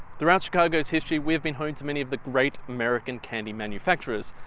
throughout chicago's history we have been home to many of the great american candy manufactures,